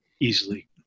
easily